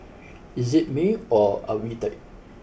is it me or are we tired